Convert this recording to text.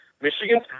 Michigan